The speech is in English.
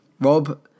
Rob